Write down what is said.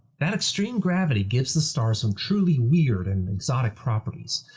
that extreme gravity gives the star some truly weird and exotic properties.